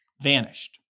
vanished